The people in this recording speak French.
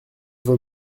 vaut